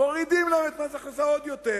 מורידים להם את מס הכנסה עוד יותר.